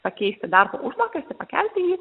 pakeisti darbo užmokestį pakelti jį